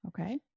Okay